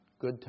good